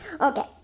Okay